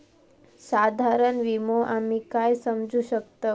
साधारण विमो आम्ही काय समजू शकतव?